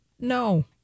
No